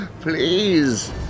please